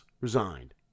resigned